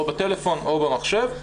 או בטלפון או במחשב,